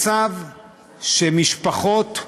מצב שמשפחות,